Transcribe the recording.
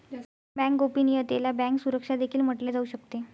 bank गोपनीयतेला bank सुरक्षा देखील म्हटले जाऊ शकते